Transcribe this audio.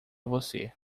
você